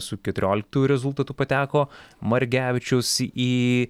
su keturioliktu rezultatu pateko margevičius į